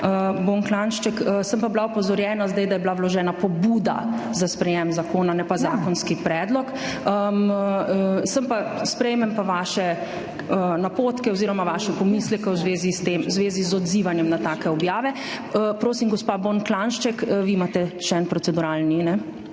Bon Klanjšček.Sem pa bila zdaj opozorjena, da je bila vložena pobuda za sprejem zakona, ne pa zakonski predlog. Sprejmem pa vaše napotke oziroma vaše pomisleke v zvezi z odzivanjem na take objave. Prosim, gospa Bon Klanjšček, vi imate še en proceduralni.